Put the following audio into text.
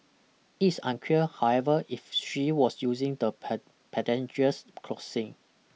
it is unclear however if she was using the pedestrian crossing